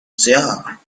sure